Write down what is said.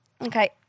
Okay